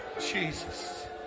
Jesus